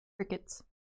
Crickets